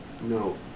No